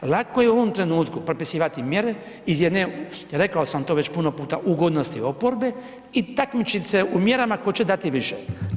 Lako je u ovom trenutku propisivati mjere iz jedne, rekao sam to već puno puta, ugodnosti oporbe i takmičiti se u mjerama tko će dati više.